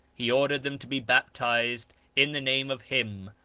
he ordered them to be baptised in the name of him,